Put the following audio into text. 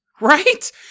right